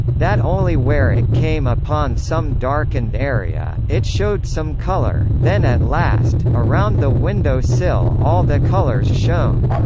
that only where it came upon some darkened area, it showed some colour, then at last, around the window sill all the colours shone.